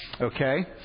Okay